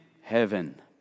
heaven